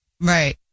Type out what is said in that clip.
Right